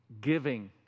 giving